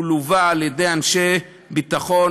הוא לווה על-ידי אנשי ביטחון,